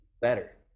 better